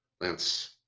Lance